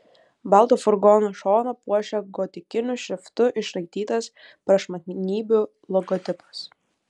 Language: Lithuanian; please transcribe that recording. balto furgono šoną puošė gotikiniu šriftu išraitytas prašmatnybių logotipas